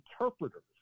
interpreters